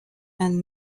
and